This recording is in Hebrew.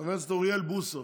חבר הכנסת אוריאל בוסו,